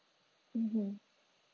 mmhmm